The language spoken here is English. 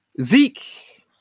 Zeke